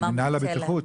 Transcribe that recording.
מינהל הבטיחות?